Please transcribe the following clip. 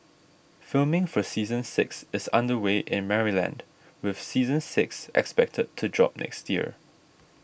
filming for season six is under way in Maryland with season six expected to drop next year